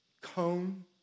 cone